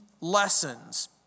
lessons